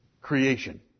creation